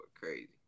crazy